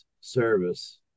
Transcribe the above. service